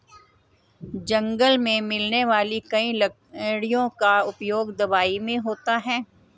जंगल मे मिलने वाली कई लकड़ियों का उपयोग दवाई मे होता है